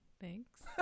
Thanks